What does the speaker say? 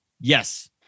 Yes